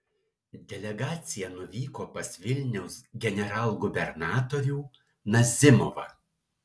delegacija nuvyko pas vilniaus generalgubernatorių nazimovą